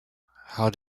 how